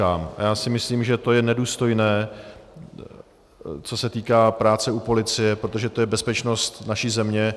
A já si myslím, že to je nedůstojné, co se týká práce u policie, protože to je bezpečnost naší země.